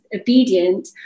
obedient